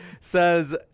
says